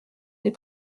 des